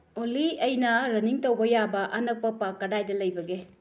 ꯑꯣꯜꯂꯤ ꯑꯩꯅ ꯔꯟꯅꯤꯡ ꯇꯧꯕ ꯌꯥꯕ ꯑꯅꯛꯄ ꯄꯥꯔꯛ ꯀꯗꯥꯏꯗ ꯂꯩꯕꯒꯦ